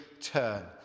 turn